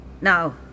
now